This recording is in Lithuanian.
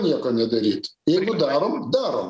nieko nedaryt jeigu darom darom